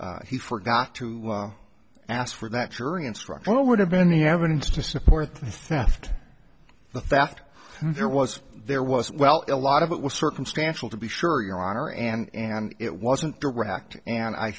not he forgot to ask for that jury instruction or would have been evidence to support the fact there was there was well a lot of it was circumstantial to be sure your honor and and it wasn't direct and i